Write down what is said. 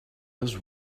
his